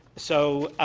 so